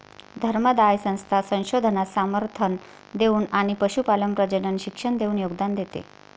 धर्मादाय संस्था संशोधनास समर्थन देऊन आणि पशुपालन प्रजनन शिक्षण देऊन योगदान देते